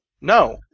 No